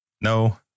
no